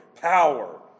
power